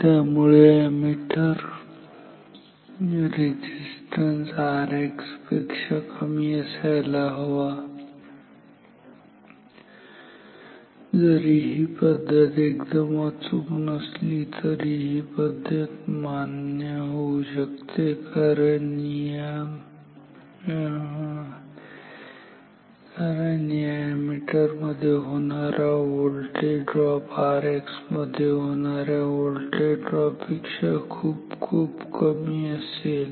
त्यामुळे ammeter resistance Rx पेक्षा कमी असायला हवा आणि जरी ही पद्धत एकदम अचूक नसली तरी ही पद्धत मान्य आहे कारण या अॅमीटर मध्ये होणारा व्होल्टेज ड्रॉप Rx मध्ये होणाऱ्या व्होल्टेज ड्रॉप पेक्षा खूप खूप कमी असेल